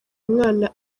umwana